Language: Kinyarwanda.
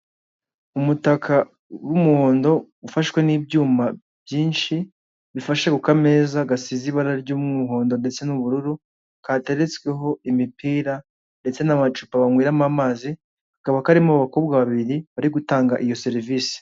Umutaka w'umuhondo ufashwe n'ibyuma byinshi bifashe ku kameza gasize ibara ry'umuhondo ndetse n'ubururu, kateretsweho imipira ndetse n'amacupa banyweramo amazi, kakaba karimo abakobwa babiri bari gutanga iyo serivisi.